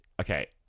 Okay